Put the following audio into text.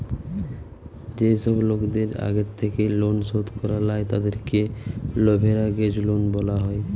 যেই সব লোকদের আগের থেকেই লোন শোধ করা লাই, তাদেরকে লেভেরাগেজ লোন বলা হয়